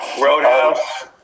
Roadhouse